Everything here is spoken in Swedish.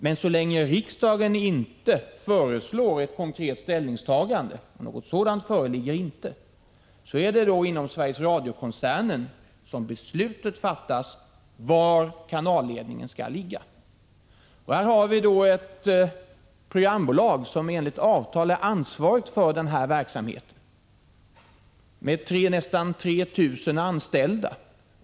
Men så länge riksdagen inte kommer med ett konkret ställningstagande — och något sådant förslag föreligger inte — är det inom Sveriges Radio-koncernen som beslutet om var kanalledningen skall ligga fattas. Vi har ett programbolag, som enligt avtal är ansvarigt för den här verksamheten, med nästan 3 000 anställda.